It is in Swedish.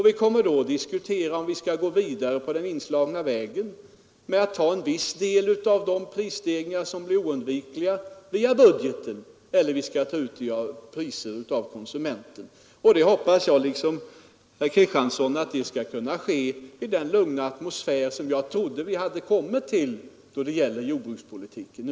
Vi kommer då att diskutera om vi skall gå vidare på den inslagna vägen med att ta en viss del av de prisstegringar som blir oundvikliga via budgeten eller om vi skall ta ut dem av konsumenten. Jag hoppas, liksom herr Kristiansson, att det skall kunna ske i den lugna atmosfär som jag trodde vi hade uppnått numera då det gäller jordbrukspolitiken.